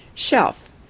Shelf